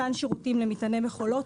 מתן שירותים למטעני מכולות,